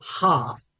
half